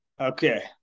Okay